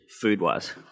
food-wise